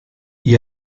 gli